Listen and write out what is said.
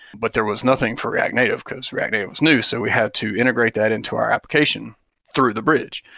but there was nothing for react native, because react native was new, so we had to integrate that into our application through the bridge.